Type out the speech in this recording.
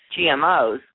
GMOs